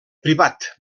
privat